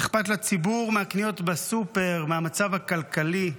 אכפת לציבור מהקניות בסופר, מהמצב הכלכלי,